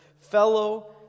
fellow